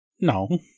No